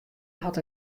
hat